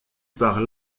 par